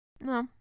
No